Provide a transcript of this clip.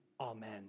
Amen